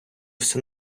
все